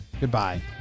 Goodbye